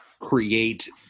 create